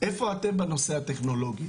איפה אתם בנושא הטכנולוגי?